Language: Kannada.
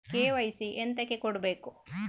ಕೆ.ವೈ.ಸಿ ಎಂತಕೆ ಕೊಡ್ಬೇಕು?